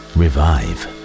revive